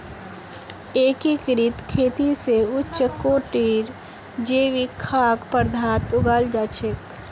एकीकृत खेती स उच्च कोटिर जैविक खाद्य पद्दार्थ उगाल जा छेक